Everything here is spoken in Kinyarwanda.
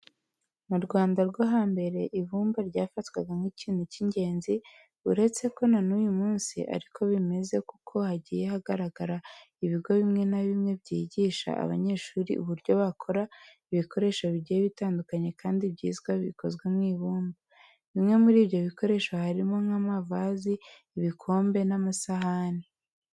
Mu Rwanda rwo hambere ibumba ryafatwaga nk'ikintu cy'ingenzi. Uretse ko na n'uyu munsi ari ko bimeze kuko hagiye hagaragara ibigo bimwe na bimwe byigisha abanyeshuri uburyo bakora ibikoresho bigiye bitandukanye kandi byiza bikozwe mu ibumba. Bimwe muri ibyo bikoresho harimo nk'amavazi, ibikombe n'amasahani.